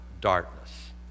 darkness